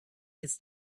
its